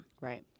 Right